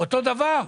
אותו דבר.